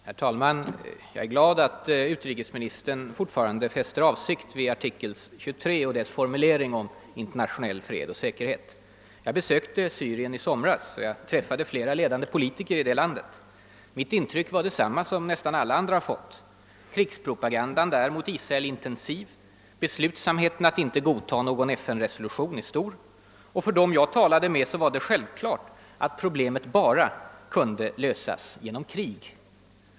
Herr talman! Jag är glad att utrikesministern fortfarande fäster vikt vid artikel 23 och dess formulering om internationell fred och säkerhet. Jag besökte Syrien i somras och träffade flera ledande politiker i det landet. Mitt intryck var detsamma som nästan alla andra har fått. Krigspropagandan där mot Israel är intensiv. Beslutsamheten att inte godta någon FN-resolution är stor. För dem jag talade med var det självklart att konflikten i Mellersta Östern bara kunde lösas genom krig.